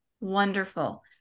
Wonderful